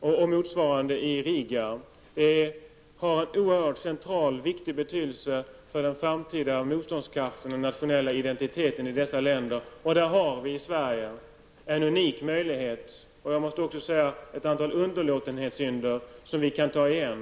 och motsvarande i Riga. Det har en oerhört central och viktig betydelse för den framtida motståndskraften och nationella identiteten i dessa länder. Där har vi i Sverige en unik möjlighet, och jag måste också säga ett antal underlåtenhetssynder som vi kan ta igen.